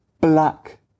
Black